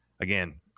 again